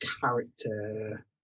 character